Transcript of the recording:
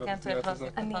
נכון.